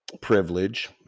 privilege